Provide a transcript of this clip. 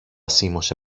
σίμωσε